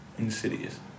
Insidious